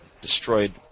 destroyed